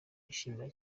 yishimira